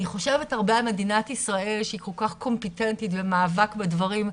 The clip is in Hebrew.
אני חושבת ברה על מדינת ישראל שהיא כל כך קומפטנטית במאבק בדברים.